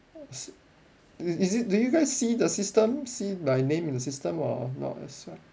yes is it do you guys see the system see my name in the system or not as well